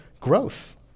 growth